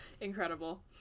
incredible